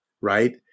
right